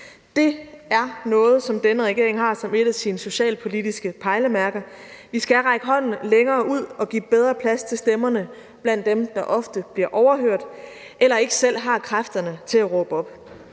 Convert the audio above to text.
Det er noget, som denne regering har som et af sine socialpolitiske pejlemærker. Vi skal række hånden længere ud og give bedre plads til stemmerne blandt dem, der ofte bliver overhørt eller ikke selv har kræfterne til at råbe op.